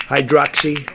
Hydroxy